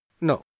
No